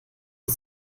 die